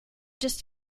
just